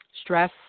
stress